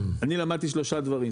אני למדתי שלושה דברים,